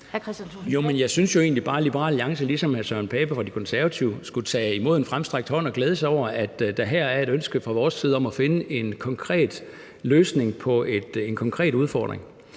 Jeg synes jo egentlig bare, at Liberal Alliance ligesom hr. Søren Pape Poulsen fra De Konservative skulle tage imod en fremstrakt hånd og glæde sig over, at der her er et ønske fra vores side om at finde en konkret løsning på en konkret udfordring.